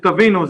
שתבינו,